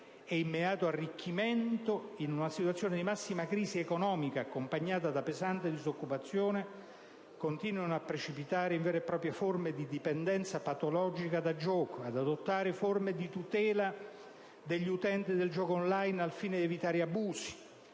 e immediato arricchimento, in una situazione di massima crisi economica accompagnata da pesante disoccupazione, continuino a precipitare in vere e proprie forme di dipendenza patologica da gioco; ad adottare forme di tutela degli utenti del gioco *online* al fine di evitare abusi,